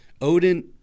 Odin